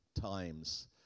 times